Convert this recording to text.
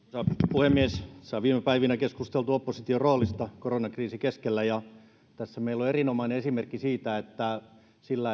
puhemies tässä on viime päivinä keskusteltu opposition roolista koronakriisin keskellä ja tässä meillä on erinomainen esimerkki siitä että sillä